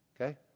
Okay